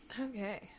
okay